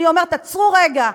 אני אומרת: עצרו רגע,